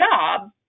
job